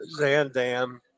Zandam